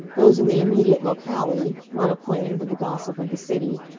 those in the immediate locality, well acquainted with the gossip of the city,